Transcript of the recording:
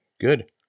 good